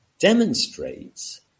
demonstrates